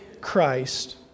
Christ